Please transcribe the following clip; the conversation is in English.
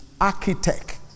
architect